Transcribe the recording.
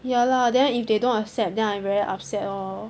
ya lah then if they don't accept then I very upset lor